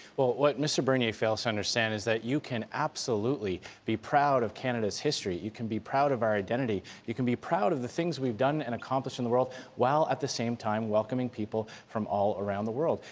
what mr. bernier fails to understand is that you can absolutely be proud of canada's history, you can be proud of our identity, you can be proud of the things we've done and accomplished in the world while at the same time welcoming people from all around the world.